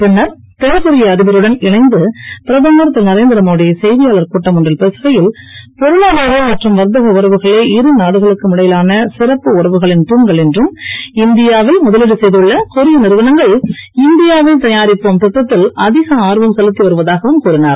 பின்னர் தென்கொரிய அதிபருடன் இணைந்து பிரதமர் திருதரேந்திர மோடி செய்தியாளர் கூட்டம் ஒன்றில் பேசுகையில் பொருளாதாரம் மற்றும் வர்த்தக உறவுகளே இரு நாடுகளுக்கும் இடையிலான சிறப்பு உறவுகளின் தூண்கள் என்றும் இந்தியா வில் முதலீடு கொரிய நிறுவனங்கள் இந்தியா வில் தயாரிப்போம் தட்டத்தில் அதிக செய்துள்ள ஆர்வம் செலுத்தி வருவதாகவும் கூறினுர்